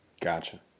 Gotcha